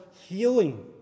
healing